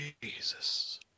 Jesus